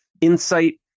insight